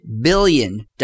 billion